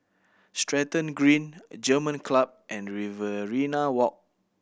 Stratton Green German Club and Riverina Walk